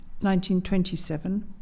1927